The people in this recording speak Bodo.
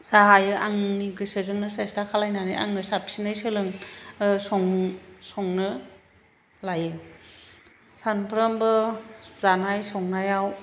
दाहाय आंनि गोसोजोंनो सेस्था खालायनानै आङो साबसिनै सोलों संनो संनो लायो सानफ्रोमबो जानाय संनायाव